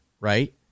right